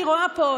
אני רואה פה,